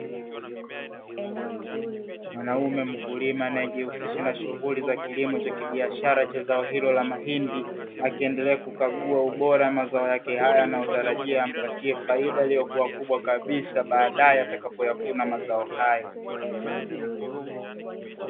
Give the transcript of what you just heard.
Mwanaume mkulima anaejihusisha na shughuli za kilimo cha biashara cha zao hilo la mahindi, akiendelea kukagua ubora wa mazao yake hayo anayotarajia kumpatia faida iliyokua kubwa kabisa, baadaye atakapoyavuna mazao hayo.